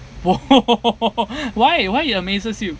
!woo! why why it amazes you